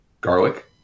garlic